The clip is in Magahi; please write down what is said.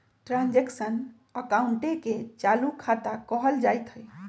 ट्रांजैक्शन अकाउंटे के चालू खता कहल जाइत हइ